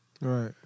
Right